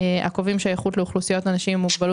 איכות לאוכלוסיות של אנשים עם מוגבלות